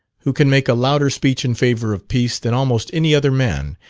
who can make a louder speech in favour of peace, than almost any other man,